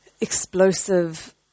explosive